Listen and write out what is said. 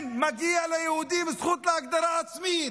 כן, מגיעה ליהודים זכות להגדרה עצמית,